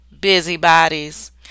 busybodies